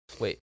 Wait